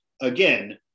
again